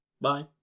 bye